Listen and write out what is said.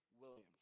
Williams